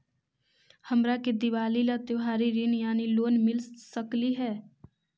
हमरा के दिवाली ला त्योहारी ऋण यानी लोन मिल सकली हे?